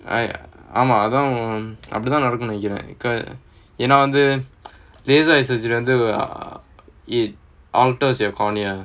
I ஆமா அதான் அப்பிடி தான் நடக்கும் நெனைக்கிறேன் என்ன வந்து:aamaa athaan appidi thaan nadakum nenaikkiraen enna vanthu laser eye surgery வந்து:vanthu it alters your cornea